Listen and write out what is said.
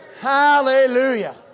Hallelujah